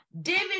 David